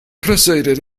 proceeded